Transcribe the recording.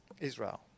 Israel